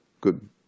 good